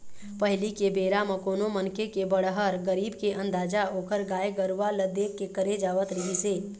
पहिली के बेरा म कोनो मनखे के बड़हर, गरीब के अंदाजा ओखर गाय गरूवा ल देख के करे जावत रिहिस हे